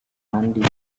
mandi